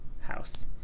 house